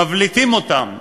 מבליטים אותם,